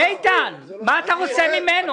--- איתן, מה אתה רוצה ממנו?